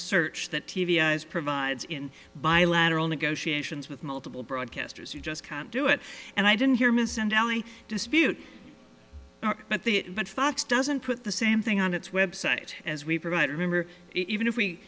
search that t v s provides in bilateral negotiations with multiple broadcasters you just can't do it and i didn't hear ms and now i dispute but the but fox doesn't put the same thing on its website as we provide remember even if we